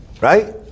Right